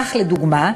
כך, לדוגמה,